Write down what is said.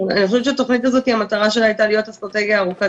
אני חושבת שהמטרה של התוכנית הזאת להיות אסטרטגיה ארוכת